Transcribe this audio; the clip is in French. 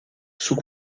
sous